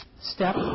step